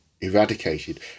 eradicated